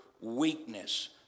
weakness